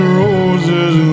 roses